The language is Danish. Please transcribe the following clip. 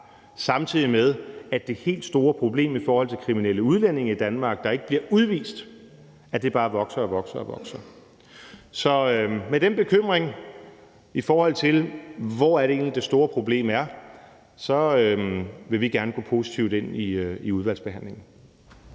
samtidig med at det helt store problem i forhold til kriminelle udlændinge i Danmark, der ikke bliver udvist, bare vokser og vokser. Så med den bekymring, i forhold til hvor det store problem egentlig er, så vil vi gerne gå positivt ind i udvalgsbehandlingen.